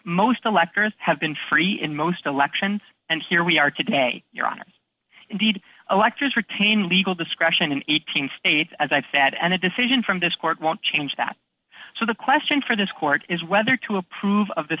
most electors have been free in most elections and here we are today your honor indeed electors retain legal discretion in eighteen states as i've said and a decision from this court won't change that so the question for this court is whether to approve of the